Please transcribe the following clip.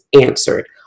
answered